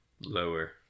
Lower